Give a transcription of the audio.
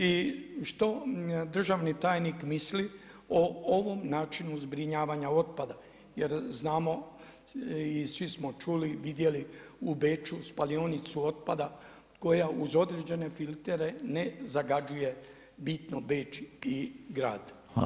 I što državni tajnik misli o ovom načinu zbrinjavanja otpada jer znamo i svi smo čuli i vidjeli u Beču spalionicu otpada koja uz određene filtere ne zagađuje bitno Beč i grad.